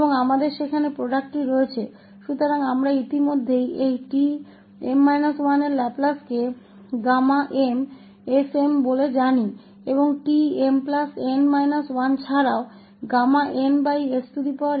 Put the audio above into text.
तो हम पहले से ही tm 1 के इस लैपलेस को sm के रूप में जानते हैं